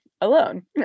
alone